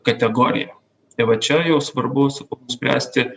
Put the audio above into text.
kategorija tai va čia jau svarbus spręsti